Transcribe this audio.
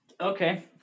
okay